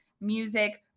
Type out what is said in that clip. music